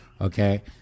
okay